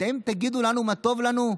אתם תגידו לנו מה טוב לנו?